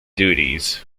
duties